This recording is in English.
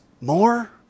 more